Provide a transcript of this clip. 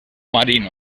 marino